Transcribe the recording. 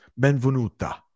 Benvenuta